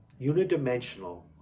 unidimensional